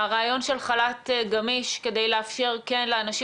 הרעיון של חל"ת גמיש כדי לאפשר לאנשים